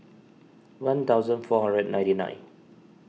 one thousand four hundred ninety nine